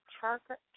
chocolate